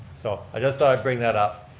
so i just thought i'd bring that up.